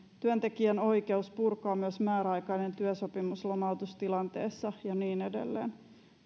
työntekijän oikeus purkaa myös määräaikainen työsopimus lomautustilanteessa ja niin edelleen